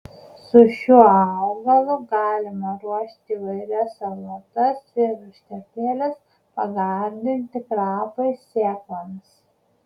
su šiuo augalu galima ruošti įvairias salotas ir užtepėles pagardinti krapais sėklomis